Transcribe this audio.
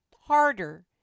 harder